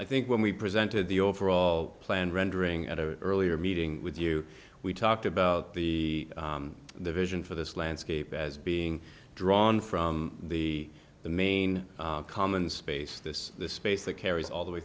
i think when we presented the overall plan rendering at a earlier meeting with you we talked about the the vision for this landscape as being drawn from the the main common space this space that carries all the way